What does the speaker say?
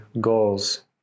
goals